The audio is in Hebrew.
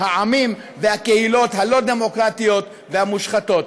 העמים והקהילות הלא-דמוקרטיות והמושחתות.